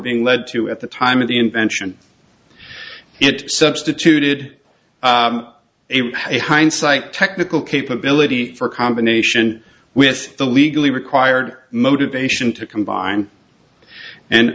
being led to at the time of the invention it substituted a hindsight technical capability for combination with the legally required motivation to combine and